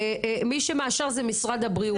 מי שמאשר זה משרד הבריאות.